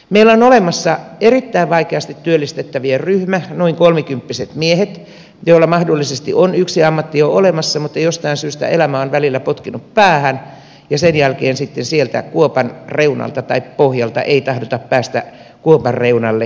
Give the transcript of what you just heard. meillä on olemassa erittäin vaikeasti työllistettävien ryhmä noin kolmikymppiset miehet joilla mahdollisesti on yksi ammatti jo olemassa mutta jostain syystä elämä on välillä potkinut päähän ja sen jälkeen sitten sieltä kuopan pohjalta ei tahdota päästä kuopan reunalle millään